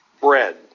Bread